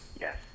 Yes